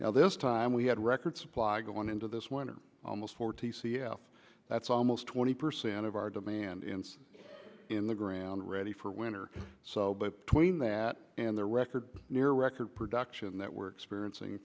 now this time we had record supply going into this winter almost forty c f that's almost twenty percent of our demand in the ground ready for winter so between that and the record near record production that we're experiencing